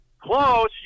Close